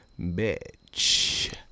Bitch